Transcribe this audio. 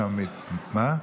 מה?